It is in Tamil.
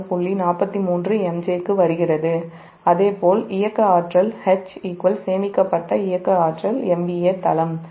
43 MJ க்கு வருகிறது அதே போல் இயக்க ஆற்றல்H சேமிக்கப்பட்ட இயக்க ஆற்றல் MVA தளம்